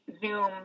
Zoom